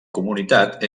comunitat